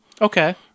Okay